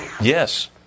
Yes